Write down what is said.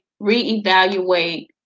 reevaluate